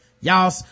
y'all